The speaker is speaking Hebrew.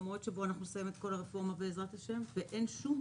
למרות שפה אנחנו נסיים את כל הרפורמה בעזרת השם ואין שום